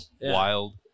Wild